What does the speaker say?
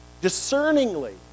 discerningly